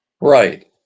Right